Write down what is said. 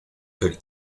could